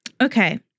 Okay